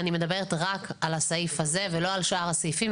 אני מדברת רק על הסעיף הזה ולא על שאר הסעיפים,